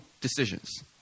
decisions